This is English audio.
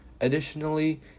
Additionally